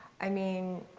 i mean,